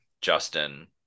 Justin